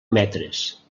metres